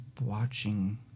watching